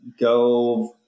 go